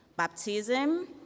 Baptism